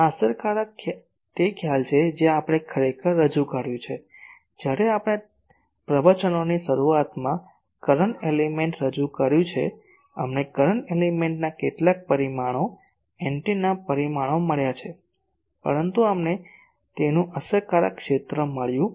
આ અસરકારક તે ખ્યાલ છે જે આપણે ખરેખર રજૂ કર્યું છે જ્યારે આપણે પ્રવચનોની શરૂઆતમાં કરંટ એલિમેન્ટ રજૂ કર્યું છે અમને કરંટ એલિમેન્ટના કેટલાક પરિમાણો એન્ટેના પરિમાણો મળ્યાં છે પરંતુ અમને તેનું અસરકારક ક્ષેત્ર મળ્યું નથી